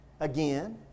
Again